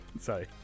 Sorry